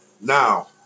Now